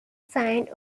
signed